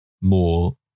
more